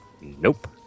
Nope